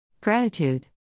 Gratitude